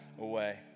away